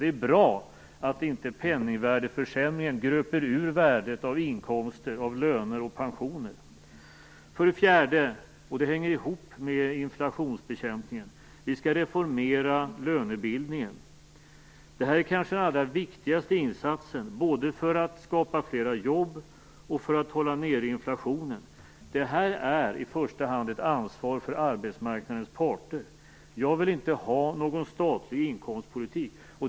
Det är bra att penningvärdesförsämringen inte gröper ur värdet av inkomster, av löner och pensioner. Detta hänger ihop med inflationsbekämpningen. 4. Vi skall reformera lönebildningen. Det här är den kanske allra viktigaste insatsen både för att skapa fler jobb och för att hålla nere inflationen. I första hand är detta ett ansvar för arbetsmarknadens parter. Jag vill inte ha statlig inkomstpolitik.